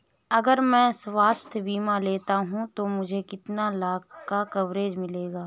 अगर मैं स्वास्थ्य बीमा लेता हूं तो मुझे कितने लाख का कवरेज मिलेगा?